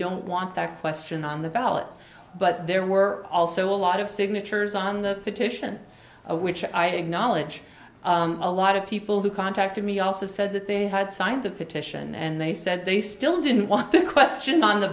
don't want that question on the ballot but there were also a lot of signatures on the petition which i acknowledge a lot of people who contacted me also said that they had signed the petition and they said they still didn't want the question on the